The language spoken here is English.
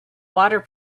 water